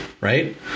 right